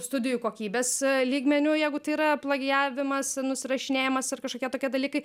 studijų kokybės lygmeniu jeigu tai yra plagijavimas nusirašinėjimas ar kažkokie tokie dalykai